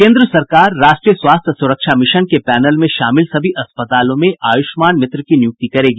केन्द्र सरकार राष्ट्रीय स्वास्थ्य सुरक्षा मिशन के पैनल में शामिल सभी अस्पतालों में आयुष्मान मित्र की नियुक्ति करेगी